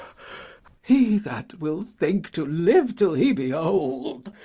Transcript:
he that will think to live till he be old,